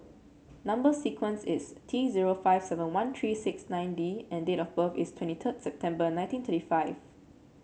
number sequence is T zero five seven one three six nine D and date of birth is twenty September nineteen thirty five